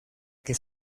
que